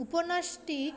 উপন্যাসটি